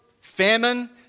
famine